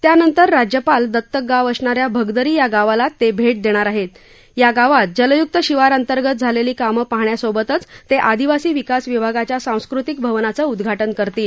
त्यानंतर राज्यपाल तक गाव असणाऱ्या भग री या गावाला ते भेट ोणार असून या गावात जलय्क्त शिवार अंतर्गत झालेली कामे पाहण्यासोबतच ते आणिवासी विकास विभागाच्या सांस्कृतिक भवनाचं उदधाटन करतील